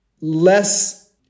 less